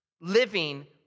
living